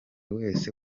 wese